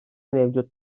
mevcut